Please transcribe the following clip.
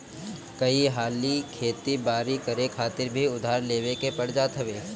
कई हाली खेती बारी करे खातिर भी उधार लेवे के पड़ जात हवे